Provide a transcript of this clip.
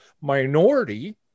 minority